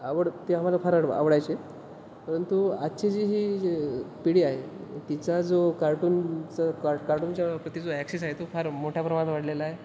आवड ते आम्हाला फार आवडायचे परंतु आजची जी ही जी पिढी आहे तिचा जो कार्टूनचं का कार्टूनच्या प्रती जो ॲक्सेस आहे तो फार मोठ्या प्रमाणात वाढलेला आहे